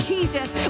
Jesus